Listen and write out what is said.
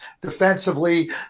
Defensively